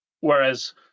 Whereas